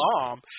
bomb